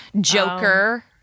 Joker